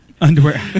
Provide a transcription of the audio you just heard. Underwear